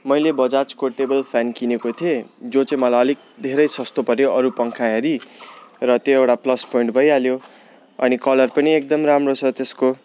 मैले बजाजको table fan किनेको थिएँ जो चाहिँ मलाई अलिक धेरै सस्तो पऱ्यो अरू पङ्खा हेरी र त्यो एउटा प्लस पोइन्ट भइहाल्यो अनि कलर पनि एकदम राम्रो छ त्यसको